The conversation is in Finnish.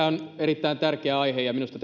on erittäin tärkeä aihe ja minusta